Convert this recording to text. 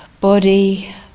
Body